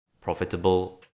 profitable